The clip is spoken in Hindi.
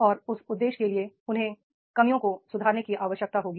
और उस उद्देश्य के लिए उन्हें कमियों को सुधारने की आवश्यकता होगी